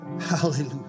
Hallelujah